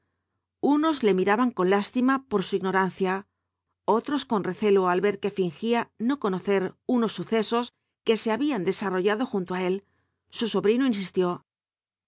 unos le miraban con lástima por su ignorancia otros con recelo al ver que fingía no conocer unos sucesos que se habían desarrollado junto á él su sobrino insistió